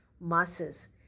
masses